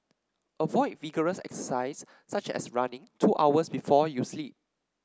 avoid vigorous exercise such as running two hours before you sleep